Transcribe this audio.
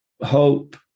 hope